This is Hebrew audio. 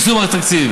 מקסום, מקסום התקציב.